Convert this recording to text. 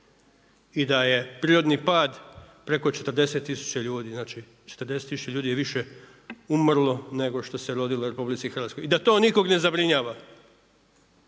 I da je prirodni pad preko 40000 ljudi. Znači, 40000 ljudi je više umrlo nego što se rodilo u RH. I da to nikog ne zabrinjava,